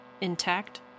Intact